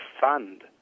fund